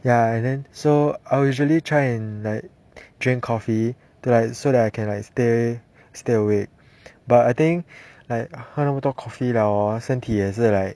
ya and then so I'll usually try and like drink coffee so that I can like stay stay awake but I think like 喝那么多 coffee hor 身体也是 like